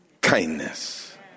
kindness